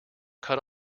cut